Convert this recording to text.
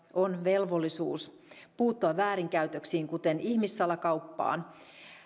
on velvollisuus puuttua väärinkäytöksiin kuten ihmissalakauppaan